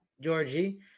Georgie